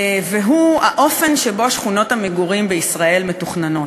האופן שבו שכונות המגורים בישראל מתוכננות.